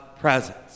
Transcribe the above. presence